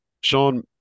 Sean